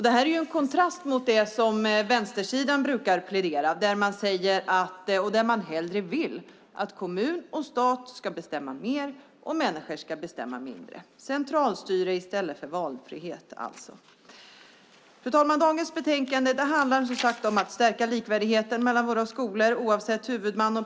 Det står i kontrast till det vänstersidan brukar plädera för, nämligen att stat och kommun ska bestämma mer och människor mindre. Det ska vara centralstyre i stället för valfrihet. Dagens betänkande handlar om att stärka likvärdigheten mellan våra skolor oavsett huvudman.